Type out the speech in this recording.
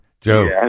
Joe